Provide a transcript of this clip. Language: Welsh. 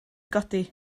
godi